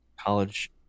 college